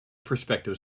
prospective